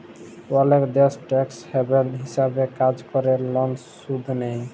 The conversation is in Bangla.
অলেক দ্যাশ টেকস হ্যাভেল হিছাবে কাজ ক্যরে লন শুধ লেই